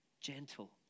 gentle